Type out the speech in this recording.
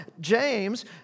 James